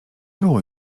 było